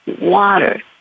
water